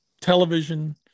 television